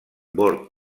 bord